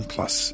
Plus